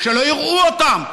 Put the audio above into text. שלא יראו אותם,